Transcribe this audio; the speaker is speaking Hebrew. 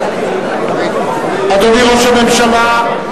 אדוני ראש הממשלה,